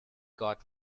got